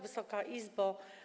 Wysoka Izbo!